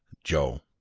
joe.